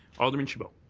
alderman chabot.